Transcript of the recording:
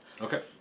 Okay